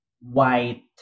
white